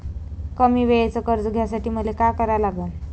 कमी वेळेचं कर्ज घ्यासाठी मले का करा लागन?